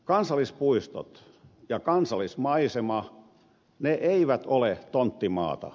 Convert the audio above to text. kansallispuistot ja kansallismaisema eivät ole tonttimaata